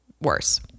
worse